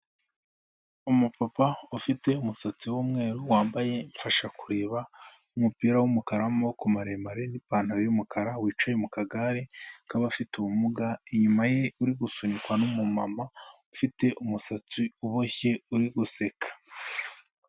Umupapa ufite umusatsi w'umweru, wambaye imfasha kureba n'umupira w'umukara w'amaboko maremare n'ipantaro y'umukara, wicaye mu kagare k'abafite ubumuga, inyuma ye uri gusunikwa n'umumama ufite umusatsi uboshye, uri guseka.